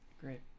Great